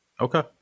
Okay